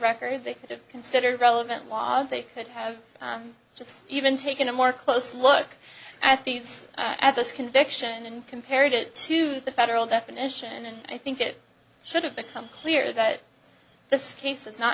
record they could have considered relevant law they could have just even taken a more close look at these at this conviction and compared it to the federal definition and i think it should have become clear that this case is not